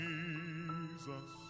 Jesus